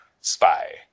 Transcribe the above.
spy